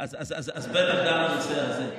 גם בנושא הזה.